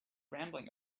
rambling